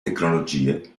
tecnologie